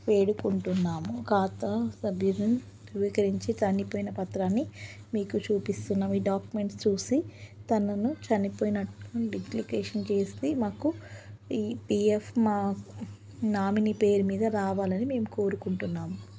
వేడుకుంటున్నాము కాతా sub division ధృవీకరించి చనిపోయిన పత్రాన్ని మీకు చూపిస్తున్నాము ఈ డాక్యుమెంట్స్ చూసి తనను చనిపోయినట్టు డిక్లరేషన్ చేసి మాకు ఈ పీఎఫ్ మా నామిని పేరు మీద రావాలని మేము కోరుకుంటున్నాము